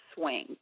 swing